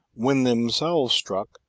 when themselves struck,